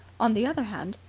on the other hand,